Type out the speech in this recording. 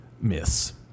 myths